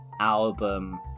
album